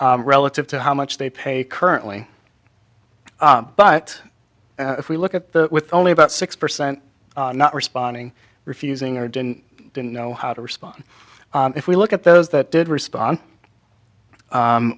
relative to how much they paid currently but if we look at the with only about six percent not responding refusing or didn't didn't know how to respond if we look at those that did respond